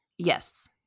Yes